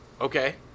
Okay